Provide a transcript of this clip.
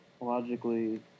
logically